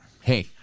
Hey